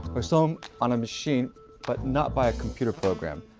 are sewn on a machine but not by a computer program,